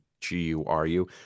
G-U-R-U